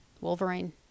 Wolverine